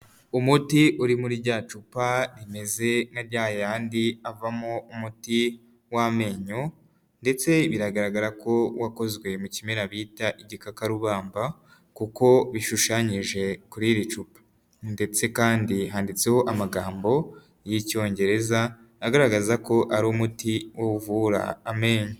Umuti uri muri rya cupa rimeze nk' irya yeyayandi avamo umuti w'amenyo ndetse biragaragara ko wakozwe mu kimera bita igikakarubamba kuko bishushanyije kuri iri cupa ndetse kandi handitseho amagambo y'icyongereza agaragaza ko ari umuti uvura amenyo.